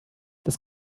das